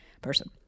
person